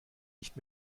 nicht